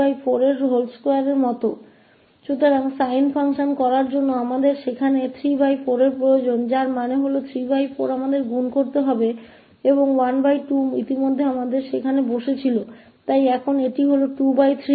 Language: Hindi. तो हमें आवश्यकता है 34 की साइन फंक्शन के लिए वहां भी जिसका अर्थ है 43 हमें गुणा करना है और 12 पहले से ही वहां बैठा था इसलिए 23 अब है